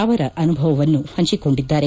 ಅವರ ಅನುಭವವನ್ನು ಹಂಚಿಕೊಂಡಿದ್ದಾರೆ